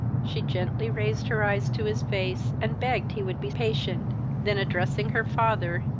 she gently raised her eyes to his face, and begged he would be patient then, addressing her father,